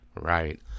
Right